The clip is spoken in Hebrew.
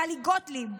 טלי גוטליב,